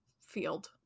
field